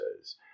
says